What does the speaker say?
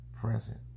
present